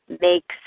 makes